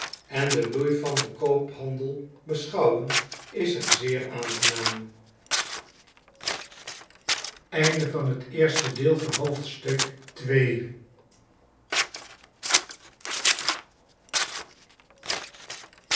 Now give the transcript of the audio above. en den bloei van den koophandel beschouwen is zij zeer aangenaam